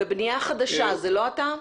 בבנייה חדשה, זה לא אתה?